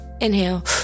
Inhale